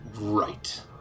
Right